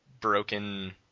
broken